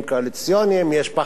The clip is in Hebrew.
יש פחד על הממשלה.